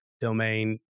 domain